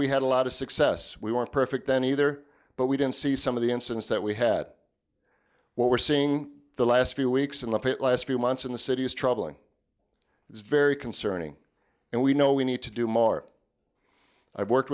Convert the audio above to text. we had a lot of success we weren't perfect then either but we didn't see some of the incidents that we had what we're seeing the last few weeks in the paint last few months in the city is troubling it's very concerning and we know we need to do more i worked